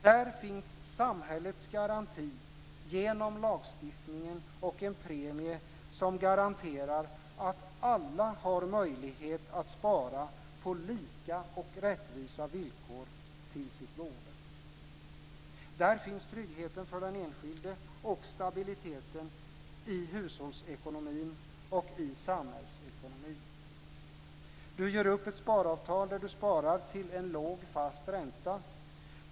Där finns samhällets garanti genom lagstiftningen och en premie som garanterar att alla har möjlighet att spara på lika och rättvisa villkor till sitt boende. Där finns tryggheten för den enskilde och stabiliteten i hushållsekonomin och i samhällsekonomin. Man gör upp ett sparavtal där man sparar till en låg fast ränta.